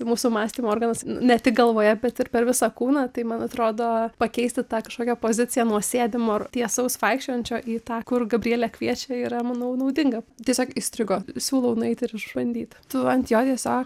mūsų mąstymo organas ne tik galvoje bet ir per visą kūną tai man atrodo pakeisti tą kažkokią poziciją nuo sėdimo ar tiesaus vaikščiojančio į tą kur gabrielė kviečia yra manau naudinga tiesiog įstrigo siūlau nueiti ir išbandyt tu ant jo tiesiog